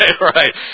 right